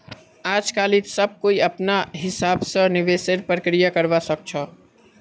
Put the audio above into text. आजकालित सब कोई अपनार हिसाब स निवेशेर प्रक्रिया करवा सख छ